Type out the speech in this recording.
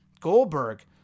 Goldberg